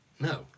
No